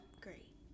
Great